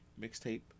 mixtape